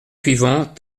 suivants